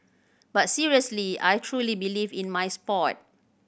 but seriously I truly believe in my sport